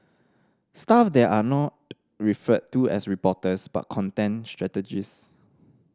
staff there are not referred to as reporters but content strategist